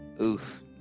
Oof